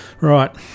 Right